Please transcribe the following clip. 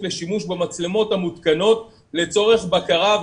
לשימוש במצלמות המותקנות לצורך בקרה,